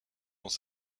dans